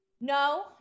No